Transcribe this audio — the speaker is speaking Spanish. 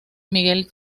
miguel